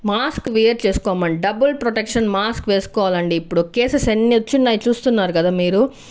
mask wear చేసుకోమను double protection mask వేసుకోవాలండి ఇప్పుడు కేసెస్ ఎన్ని వచ్చున్నాయ్ చూస్తున్నారు కదా మీరు